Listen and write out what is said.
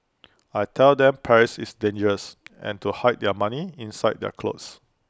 I tell them Paris is dangerous and to hide their money inside their clothes